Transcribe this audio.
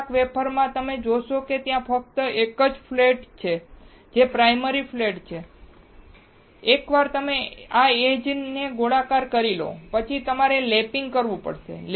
કેટલાક વેફર માં તમે જોશો કે ત્યાં ફક્ત એક જ ફ્લેટ છે જે પ્રાયમરી ફ્લેટ છે એકવાર તમે આ એજ ને ગોળાકાર કરી લો પછી તમારે લેપિંગ કરવું પડશે